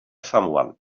someone